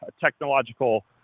technological